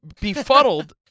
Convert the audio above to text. befuddled